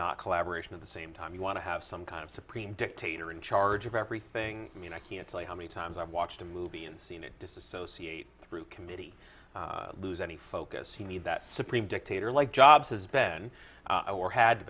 not collaboration of the same time you want to have some kind of supreme dictator in charge of everything i mean i can't tell you how many times i've watched a movie and seen it disassociate through committee lose any focus he made that supreme dictator like jobs has been i war had